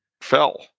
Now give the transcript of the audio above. fell